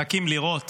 מחכים לראות